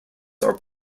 are